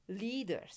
leaders